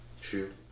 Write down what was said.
True